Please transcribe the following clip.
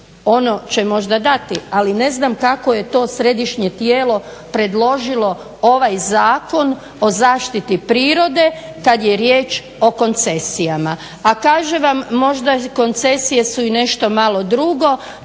Ono će možda dati, ali ne znam kako je to središnje tijelo predložilo ovaj Zakon o zaštiti prirode kad je riječ o koncesijama. A kažem vam možda koncesije su i nešto malo drugo.